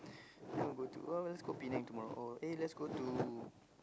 where do you want to go to uh let's go to Penang tomorrow eh let's go to